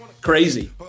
Crazy